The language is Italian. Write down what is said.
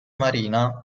marina